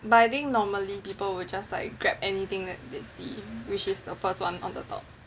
but I think normally people will just like grab anything that they see which is the first one on the top